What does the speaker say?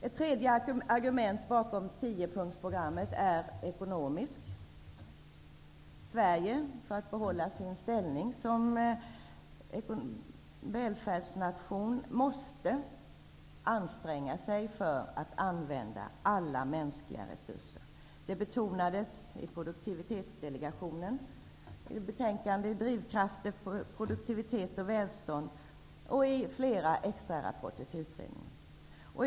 Ett tredje argument bakom tiopunktsprogrammet handlar om ekonomi. För att behålla sin ställning som välfärdsnation måste Sverige anstränga sig för att använda alla mänskliga resurser. Det betonades i Produktivitetsdelegationens betänkande Drivkrafter för produktivitet och välstånd, och i flera extrarapporter till utredningen.